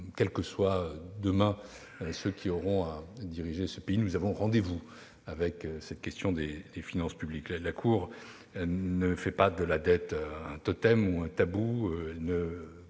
quels que soient ceux qui auront à diriger le pays. Nous avons rendez-vous avec la question des finances publiques. La Cour ne fait pas de la dette un totem ou un tabou.